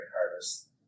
harvest